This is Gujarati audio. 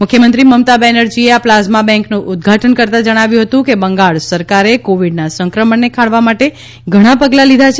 મુખ્યમંત્રી મમતા બેનરજીએ આ પ્લાઝમા બેન્કનું ઉદ્દઘાટન કરતા જણાવ્યું હતું કે બંગાળ સરકારે કોવિડના સંક્રમણને ખાળવા માટે ઘણાં પગલાં લીધાં છે